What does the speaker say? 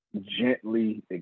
gently